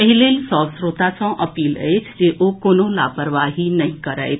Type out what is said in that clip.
एहि लेल सभ श्रोता सॅ अपील अछि जे ओ कोनो लापरवाही नहि करथि